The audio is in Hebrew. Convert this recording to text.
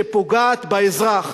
שפוגעת באזרח,